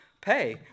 pay